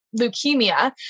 leukemia